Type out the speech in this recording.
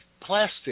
plastic